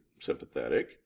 sympathetic